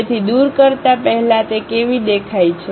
તેથી દૂર કરતા પહેલા તે કેવી દેખાય છે